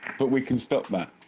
but we can stop that.